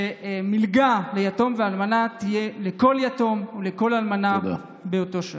שמלגה ליתום ואלמנה תהיה לכל יתום ולכל אלמנה באותו שווי.